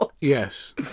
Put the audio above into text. Yes